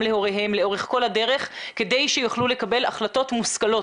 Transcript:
להוריהם לאורך כל הדרך כדי שיוכלו לקבל החלטות מושכלות.